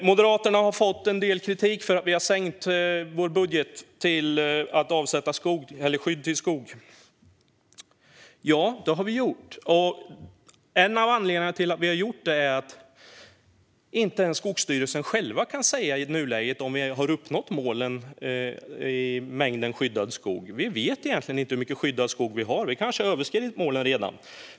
Moderaterna har fått en del kritik för att vi har sänkt budgeten för skydd av skog. Ja, det har vi gjort. En av anledningarna till det är att inte ens Skogsstyrelsen själv i nuläget kan säga om vi har uppnått målen för mängden skyddad skog. Vi vet egentligen inte hur mycket skyddad skog vi har; vi kanske redan har överskridit målen.